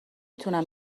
تونم